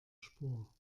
spur